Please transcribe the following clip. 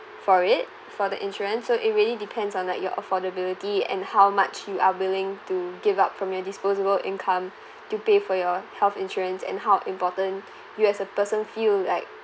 for it for the insurance so it really depends on the your affordability and how much you are willing to give up from your disposable income to pay for your health insurance and how important you as a person feel like